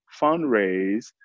fundraise